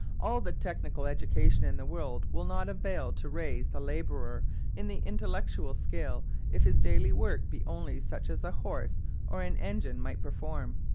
all the technical education in the world will not avail to raise the labourer in the intellectual scale if his daily work be only such as a horse or an engine might perform.